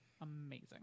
amazing